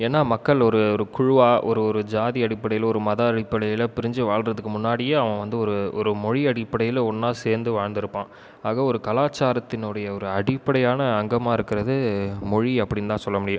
ஏனால் மக்கள் ஒரு ஒரு குழுவாக ஒரு ஒரு ஜாதி அடிப்படையில் ஒரு மத அடிப்படையில் பிரிந்து வாழ்கிறதுக்கு முன்னாடியே அவன் வந்து ஒரு ஒரு மொழி அடிப்படையில் ஒன்றா சேர்ந்து வாழ்ந்திருப்பான் அது ஒரு கலாச்சாரத்தினுடைய ஒரு அடிப்படையான அங்கமாக இருக்குகிறது மொழி அப்படினு தான் சொல்ல முடியும்